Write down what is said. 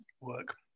work